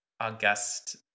august